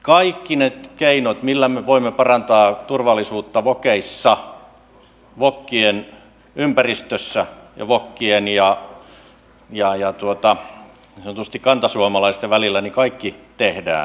kaikki ne keinot millä me voimme parantaa turvallisuutta vokeissa vokien ympäristössä ja vokien ja niin sanotusti kantasuomalaisten välillä kaikki tehdään